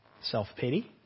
Self-pity